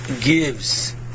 gives